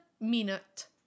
minute